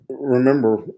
remember